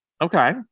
Okay